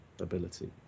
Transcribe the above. ability